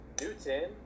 Newton